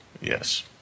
Yes